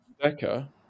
Becca